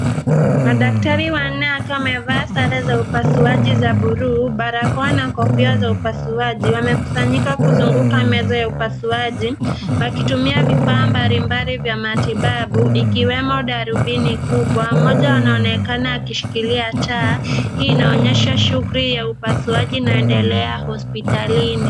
Madaktari wanne wakiwa wamevaa sare za upasuaji za buluu, barakoa na kofia vya upasuaji. Wamekusanyika kuzunguka meza ya upasuaji wakitumia vifaa mbali mbali vya matibabu ikiwemo darubini kubwa. Mmoja anaonekana akishikilia taa. Hii inaonyesha shughuli za upasuaji inayoendelea hospitalini.